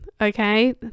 okay